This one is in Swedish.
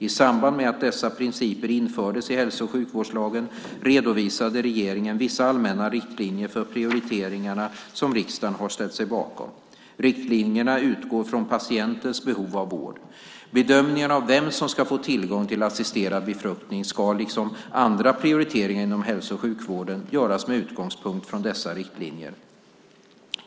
I samband med att dessa principer infördes i hälso och sjukvårdslagen redovisade regeringen vissa allmänna riktlinjer för prioriteringarna som riksdagen har ställt sig bakom. Riktlinjerna utgår från patientens behov av vård. Bedömningen av vem som ska få tillgång till assisterad befruktning ska, liksom andra prioriteringar inom hälso och sjukvården, göras med utgångspunkt i dessa riktlinjer.